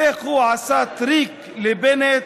איך הוא עשה טריק לבנט,